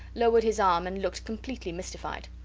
lowered his arm and looked completely mystified.